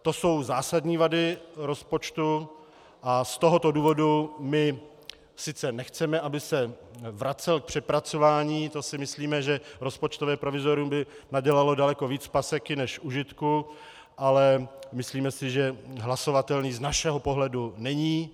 To jsou zásadní vady rozpočtu a z tohoto důvodu sice nechceme, aby se vracel k přepracování, to si myslíme, že rozpočtové provizorium by nadělalo daleko víc paseky než užitku, ale myslíme si, že hlasovatelný z našeho pohledu není.